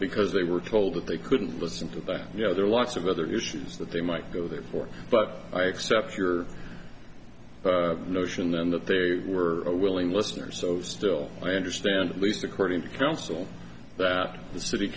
because they were told that they couldn't listen to that you know there are lots of other issues that they might go there for but i accept your notion and that they were a willing listener so still i understand at least according to council that the city